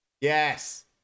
Yes